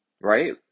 Right